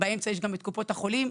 באמצע יש גם את קופות החולים.